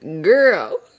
girl